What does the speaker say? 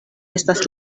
estas